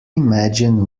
imagine